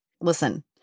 Listen